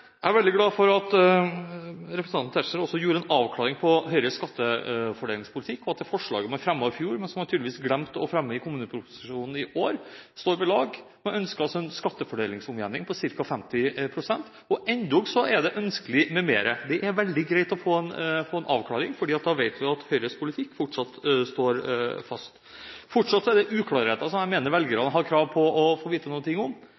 Jeg er veldig glad for at representanten Tetzschner også ga oss en avklaring på Høyres fordelingspolitikk, og at det forslaget man fremmet i fjor, men som man tydeligvis glemte å fremme i kommuneproposisjonen i år, står ved lag. De ønsker altså en skatteutjevning på ca. 50 pst. – og endog er det ønskelig med mer. Det er veldig greit å få en avklaring på det, for da vet vi at Høyres politikk fortsatt står fast. Fortsatt er det uklarheter som jeg mener velgerne har krav på å få vite noe om.